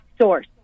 source